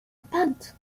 paths